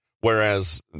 whereas